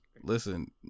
listen